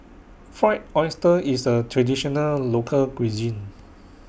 Fried Oyster IS A Traditional Local Cuisine